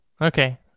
Okay